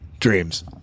dreams